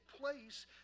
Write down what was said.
place